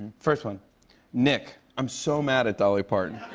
first one nick. i'm so mad at dolly parton.